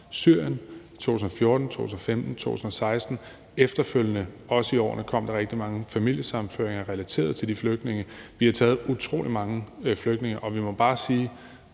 Syrien i 2014, 2015 og 2016, og i de efterfølgende år kom der også rigtig mange familiesammenføringer relateret til de flygtninge. Vi har taget imod utrolig mange flygtninge, og man må bare være